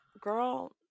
Girl